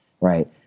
right